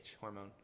hormone